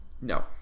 no